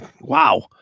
wow